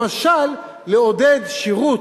למשל לעודד שירות